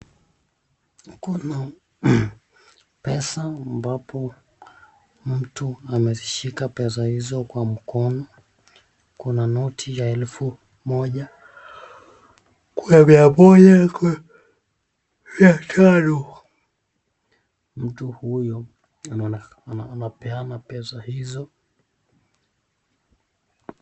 Kuna pesa ambapo mtu ameshika pesa hizo kwa mkono. Kuna noti ya elfu moja. Kuna mia moja. Kuna mia tano. Mtu huyu anapeana pesa hizo.